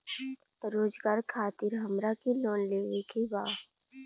रोजगार खातीर हमरा के लोन लेवे के बा?